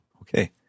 Okay